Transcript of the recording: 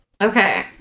Okay